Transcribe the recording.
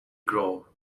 grow